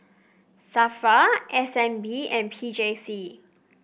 Safra S N B and P J C